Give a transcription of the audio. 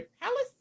Palace